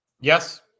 Yes